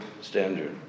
standard